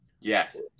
Yes